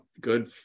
good